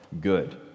good